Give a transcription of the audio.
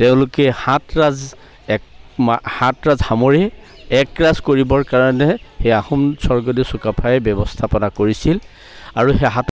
তেওঁলোকে সাত ৰাজ এক মা সাত ৰাজ সামৰি এক ৰাজ কৰিবৰ কাৰণে সেই আহোম স্বৰ্গদেউ চুকাফাই ব্যৱস্থাপনা কৰিছিল আৰু সেই সাত